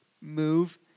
move